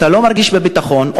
אתה לא מרגיש ביטחון,